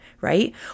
right